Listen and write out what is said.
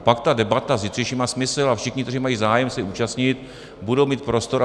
Pak ta debata zítřejší má smysl a všichni, kteří mají zájem se zúčastnit, budou mít prostor.